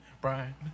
brian